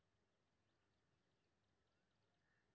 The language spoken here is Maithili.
के.वाई.सी के मतलब कि होई छै?